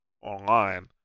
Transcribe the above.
Online